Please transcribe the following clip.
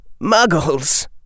muggles